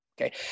okay